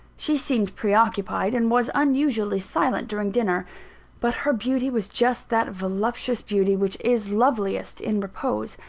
she seemed pre-occupied, and was unusually silent during dinner but her beauty was just that voluptuous beauty which is loveliest in repose.